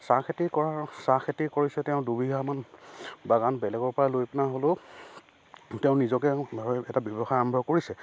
চাহ খেতি কৰাৰ চাহ খেতি কৰিছে তেওঁ দুবিঘামান বাগান বেলেগৰ পৰা লৈ পেনাই হ'লেও তেওঁ নিজৰে এটা ব্যৱসায় আৰম্ভ কৰিছে